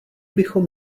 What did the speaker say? bychom